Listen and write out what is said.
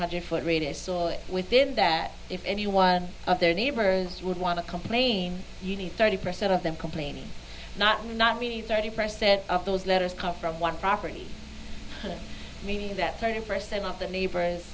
hundred foot radius so within that if any one of their neighbors would want to complain you need thirty percent of them complain not not me thirty percent of those letters come from one property media that thirty percent of the neighbor